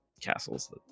castles